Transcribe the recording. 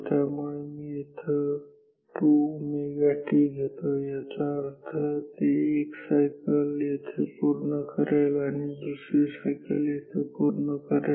त्यामुळे मी येथे 2ωt घेतो याचा अर्थ ते एक सायकल येथे पूर्ण करेल आणि दुसरी सायकल येथे पूर्ण करेल